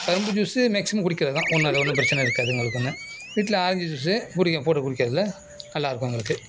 கரும்பு juice maximum குடிக்கறதுதான் ஒன்றும் அது ஒன்றும் பிரச்சனை இருக்காது எங்களுக்கு ஒன்றும் வீட்டில் ஆரஞ்சு ஜூஸு பிடிக்கும் போட்டு குடிக்கிறது நல்லாயிருக்கும் எங்களுக்கு